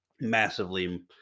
massively